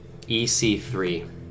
EC3